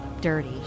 dirty